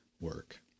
work